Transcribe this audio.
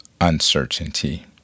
uncertainty